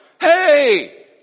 Hey